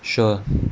sure